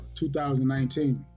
2019